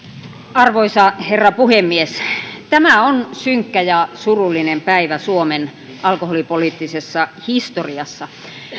arvoisa herra puhemies tämä on synkkä ja surullinen päivä suomen alkoholipoliittisessa historiassa